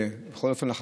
שיכול לטפל בזה?